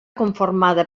conformada